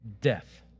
death